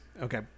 Okay